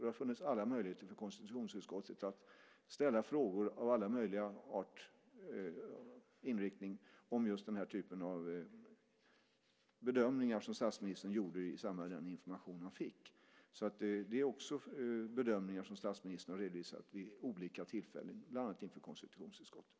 Det har funnits alla möjligheter för konstitutionsutskottet att ställa frågor av all möjlig art och inriktning om just den här typen av bedömningar som statsministern gjorde i samband med den information som han fick. Det är också bedömningar som statsministern har redovisat vid olika tillfällen, bland annat inför konstitutionsutskottet.